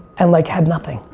and like, had nothing.